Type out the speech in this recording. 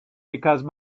because